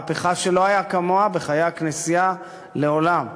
מהפכה שלא הייתה כמוה בחיי הכנסייה מעולם,